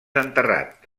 enterrat